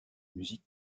musique